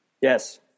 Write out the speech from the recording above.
Yes